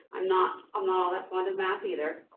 i'm not um all that fond of math either.